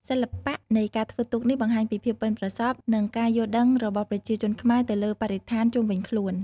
សិល្បៈនៃការធ្វើទូកនេះបង្ហាញពីភាពប៉ិនប្រសប់និងការយល់ដឹងរបស់ប្រជាជនខ្មែរទៅលើបរិស្ថានជុំវិញខ្លួន។